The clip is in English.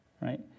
right